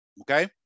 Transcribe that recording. Okay